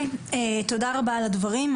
תודה רבה על הדברים.